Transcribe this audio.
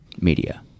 media